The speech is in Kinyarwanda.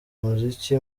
umuziki